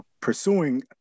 pursuing